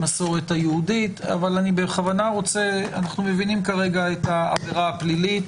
מהמסורת היהודית אבל אנחנו מבינים כרגע את העבירה הפלילית.